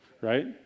Right